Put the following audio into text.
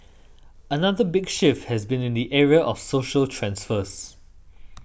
another big shift has been in the area of social transfers